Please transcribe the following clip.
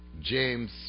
James